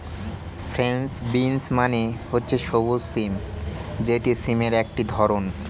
French beans মানে হচ্ছে সবুজ সিম যেটি সিমের একটি ধরণ